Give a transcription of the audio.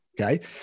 Okay